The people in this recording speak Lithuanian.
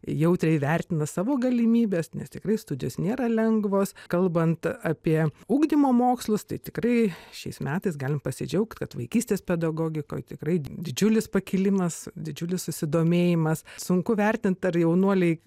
jautriai vertina savo galimybes nes tikrai studijos nėra lengvos kalbant apie ugdymo mokslus tai tikrai šiais metais galie pasidžiaugt kad vaikystės pedagogikoj tikrai didžiulis pakilimas didžiulis susidomėjimas sunku vertint ar jaunuoliai